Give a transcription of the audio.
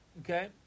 Okay